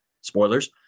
spoilers